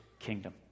kingdom